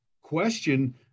question